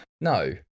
no